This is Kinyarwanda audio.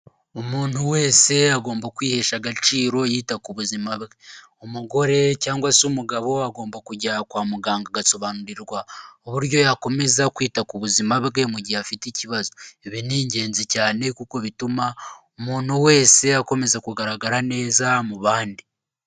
Umuntu wese agomba kwihesha agaciro yita ku buzima bwe, umugore cyangwa se umugabo we agomba kujya kwa muganga agasobanurirwa uburyo yakomeza kwita ku buzima bwe mu gihe afite ikibazo, ibi ni ingenzi cyane kuko bituma umuntu wese akomeza kugaragara neza mu bandi.